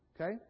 Okay